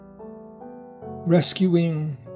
Rescuing